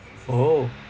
oh